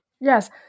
Yes